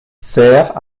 sert